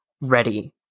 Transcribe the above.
ready